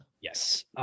Yes